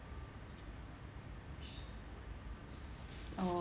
oh